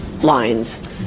lines